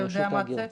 אתה יודע מה הצפי?